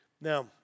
Now